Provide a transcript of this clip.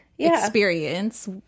experience